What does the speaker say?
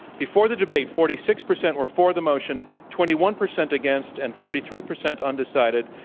before the debate, forty six percent were for the motion, twenty one percent against, and thirty three percent undecided.